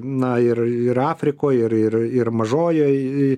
na ir ir afrikoj ir ir ir mažojoj